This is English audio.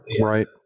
Right